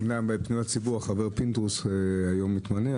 אמנם בפניות ציבור החבר פינדרוס מתמנה היום,